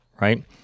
Right